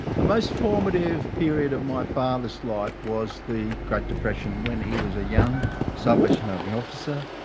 the most formative period of my father's life was the great depression when he was a young salvation army officer.